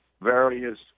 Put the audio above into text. various